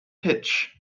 pitch